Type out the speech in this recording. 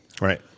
Right